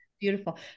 beautiful